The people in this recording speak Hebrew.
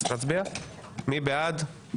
מי בעד?